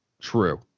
True